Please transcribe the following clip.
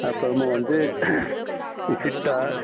அப்புறமா வந்து சிட்டா